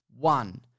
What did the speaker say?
One